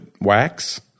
wax